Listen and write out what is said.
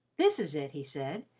this is it, he said.